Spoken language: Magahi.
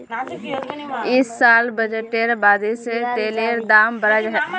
इस साल बजटेर बादे से तेलेर दाम बढ़ाय दियाल जाबे